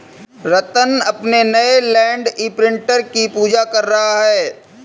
रत्न अपने नए land imprinter की पूजा कर रहा है